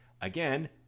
Again